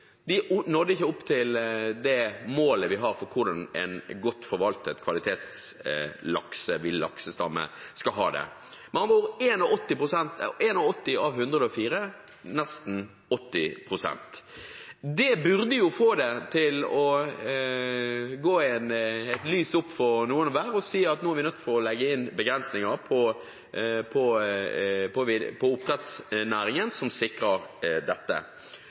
de 104 laksebestandene for dårlig til. Vi nådde ikke opp til målet vi har for hvordan en kvalitetsmessig godt forvaltet villaksstamme skal ha det. Med andre ord: 81 av 104 utgjør nesten 80 pst. Det burde få det til å gå et lys opp for noen hver, og man burde si at nå er vi nødt til å legge inn begrensninger på oppdrettsnæringen som sikrer